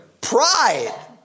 Pride